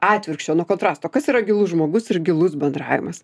atvirkščio nuo kontrasto kas yra gilus žmogus ir gilus bendravimas